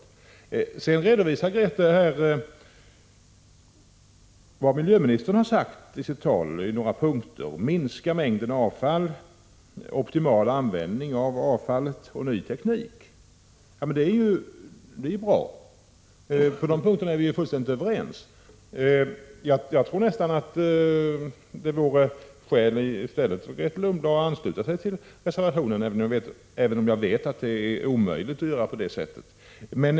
Grethe Lundblad redovisar vad miljöministern har sagt på några punkter i sitt tal: att man skall minska avfallsmängden, åstadkomma en optimal användning av avfallet och utnyttja ny teknik. Det är bra, och på de punkterna är vi fullständigt överens. Det skulle här egentligen ligga närmast för Grethe Lundblad att ansluta sig till reservationen, även om jag vet att det är otänkbart.